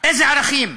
איזה ערכים?